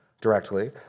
directly